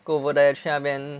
go over there 去那边